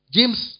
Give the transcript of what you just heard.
James